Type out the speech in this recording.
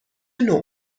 نوع